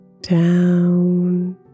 down